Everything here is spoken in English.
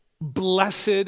Blessed